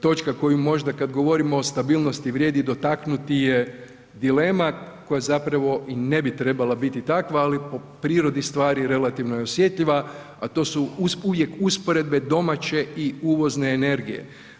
Točka koju možda kad govorimo o stabilnosti vrijedi dotaknuti je dilema koja zapravo i ne bi trebala biti takva, ali po prirodi stvari je relativno je osjetljiva, a to su uvijek usporedbe domaće i uvozne energije.